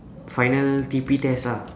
final T_P test ah